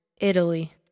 Italy